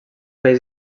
peix